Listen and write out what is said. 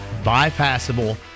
bypassable